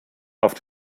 auf